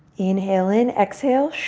inhale in, exhale.